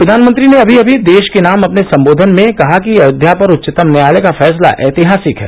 प्रधानमंत्री ने अभी अभी देश के नाम अपने संबोधन में कहा कि अयोध्या पर उच्चतम न्यायालय का फैसला ऐतिहासिक है